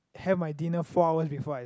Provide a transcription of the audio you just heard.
have my dinner four hours before I